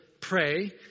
pray